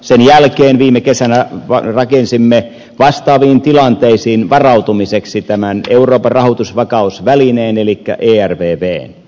sen jälkeen viime kesänä rakensimme vastaaviin tilanteisiin varautumiseksi tämän euroopan rahoitusvakausvälineen elikkä ervvn